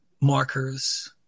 markers